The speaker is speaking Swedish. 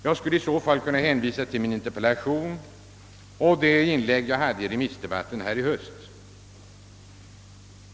Jag kan i stället hänvisa till min interpellation och till det inlägg jag gjorde i remissdebatten nu i höst.